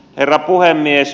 herra puhemies